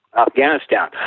Afghanistan